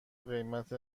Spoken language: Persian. قیمت